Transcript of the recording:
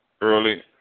early